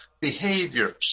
behaviors